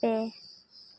ᱯᱮ